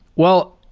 well,